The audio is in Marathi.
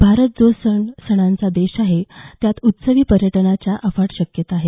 भारत जो सणांचा देश आहे त्यात उत्सवी पर्यटनाच्या अफाट शक्यता आहेत